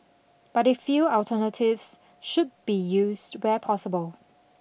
but they feel alternatives should be used where possible